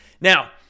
Now